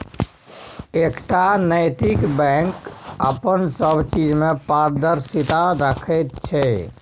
एकटा नैतिक बैंक अपन सब चीज मे पारदर्शिता राखैत छै